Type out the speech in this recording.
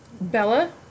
Bella